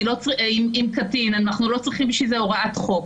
אני מבין שמצער אותך לשמוע,